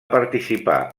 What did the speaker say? participar